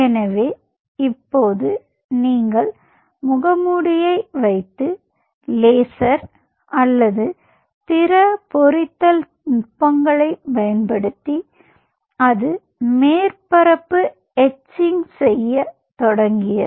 எனவே இப்போது நீங்கள் முகமூடியை வைத்து லேசர் அல்லது பிற பொறித்தல் நுட்பங்களைப் பயன்படுத்தி அது மேற்பரப்பை எத்சிங் செய்ய தொடங்கியது